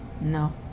No